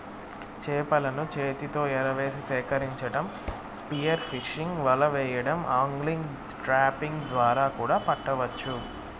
చేపలను చేతితో ఎరవేసి సేకరించటం, స్పియర్ ఫిషింగ్, వల వెయ్యడం, ఆగ్లింగ్, ట్రాపింగ్ ద్వారా కూడా పట్టవచ్చు